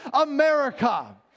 America